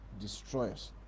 destroyers